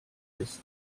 ist